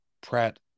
Pratt